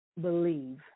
believe